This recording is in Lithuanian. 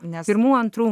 net pirmų antrų